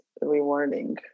rewarding